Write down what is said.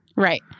Right